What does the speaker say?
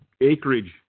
acreage